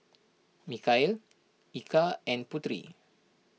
Mikhail Eka and Putri